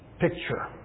picture